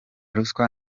ruswa